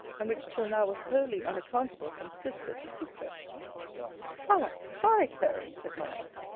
and which till now was wholly unaccountable from sister to sister fie, fie, clary! said my aunt.